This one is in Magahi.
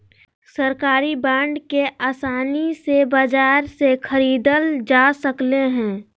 सरकारी बांड के आसानी से बाजार से ख़रीदल जा सकले हें